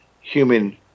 human